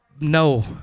No